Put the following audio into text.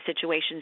situations